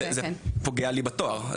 זה פוגע לי בתואר,